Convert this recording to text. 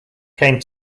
came